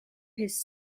his